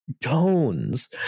tones